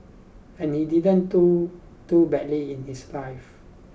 and he didn't do too badly in his life